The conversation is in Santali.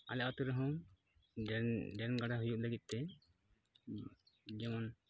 ᱟᱞᱮ ᱟᱹᱛᱩ ᱨᱮᱦᱚᱸ ᱰᱨᱮᱱ ᱰᱨᱮᱱ ᱜᱟᱰᱟ ᱦᱩᱭᱩᱜ ᱞᱟᱹᱜᱤᱫ ᱛᱮ ᱡᱮᱢᱚᱱ